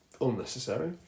Unnecessary